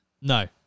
No